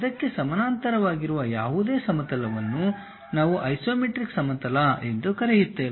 ಅದಕ್ಕೆ ಸಮಾನಾಂತರವಾಗಿರುವ ಯಾವುದೇ ಸಮತಲವನ್ನು ನಾವು ಐಸೊಮೆಟ್ರಿಕ್ ಸಮತಲ ಎಂದು ಕರೆಯುತ್ತೇವೆ